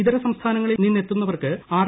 ഇതര സംസ്ഥാനങ്ങളിൽ നിന്നെത്തുന്നവർക്ക് ആർ